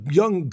young